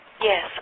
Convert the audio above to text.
Yes